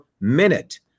minute